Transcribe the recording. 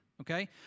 Okay